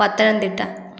Pathanamthitta